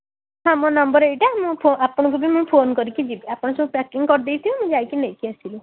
ହଁ ମୋ ନମ୍ବର ଏଇଟା ମୁଁ ଆପଣଙ୍କୁ ବି ମୁଁ ଫୋନ କରିକି ଯିବି ଆପଣ ସବୁ ପ୍ୟାକିଂ କରିଦେଇଥିବେ ମୁଁ ଯାଇକି ନେଇକି ଆସିବି